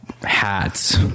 hats